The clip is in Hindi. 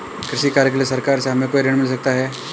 कृषि कार्य के लिए सरकार से हमें कोई ऋण मिल सकता है?